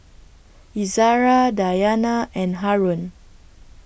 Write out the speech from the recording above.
Izzara Dayana and Haron